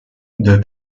the